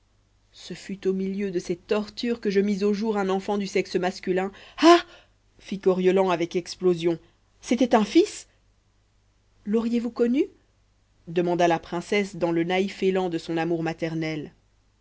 ce fut au milieu de ces tortures que je mis au jour un enfant du sexe masculin ah fit coriolan avec explosion c'était un fils l'auriez vous connu demanda la princesse dans le naïf élan de son amour maternel